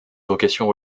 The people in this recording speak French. vocation